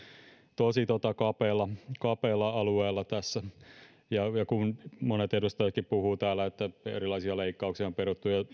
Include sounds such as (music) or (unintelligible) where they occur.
tosi kapealla (unintelligible) (unintelligible) (unintelligible) (unintelligible) kapealla alueella tässä (unintelligible) (unintelligible) (unintelligible) (unintelligible) (unintelligible) (unintelligible) ja ja kun monet edustajat puhuvat täällä että erilaisia leikkauksia on peruttu ja